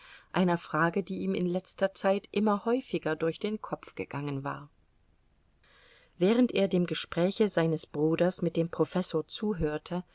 einer frage die ihm in letzter zeit immer häufiger durch den kopf gegangen war während er dem gespräche seines bruders mit dem professor zuhörte